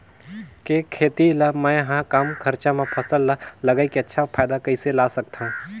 के खेती ला मै ह कम खरचा मा फसल ला लगई के अच्छा फायदा कइसे ला सकथव?